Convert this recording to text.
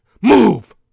Move